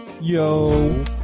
yo